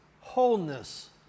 wholeness